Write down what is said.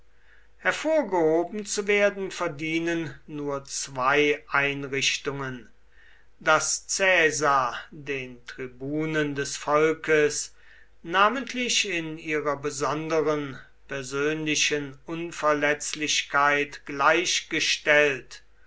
hervorgehoben zu werden verdienen nur zwei einrichtungen daß caesar den tribunen des volkes namentlich in ihrer besonderen persönlichen unverletzlichkeit gleichgestellt